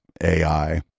AI